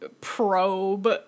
probe